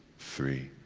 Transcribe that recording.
three,